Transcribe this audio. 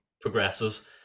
progresses